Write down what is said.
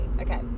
Okay